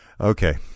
Okay